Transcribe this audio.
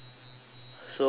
so like